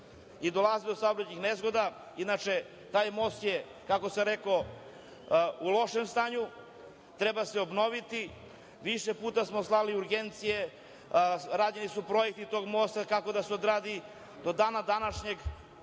i dolazi do saobraćajnih nezgoda. Inače, taj most je, kako sam rekao, u lošem stanju, treba da se obnovi. Više puta smo slali urgencije, rađene su projekti tog mosta kako da se odradi, do dana današnjeg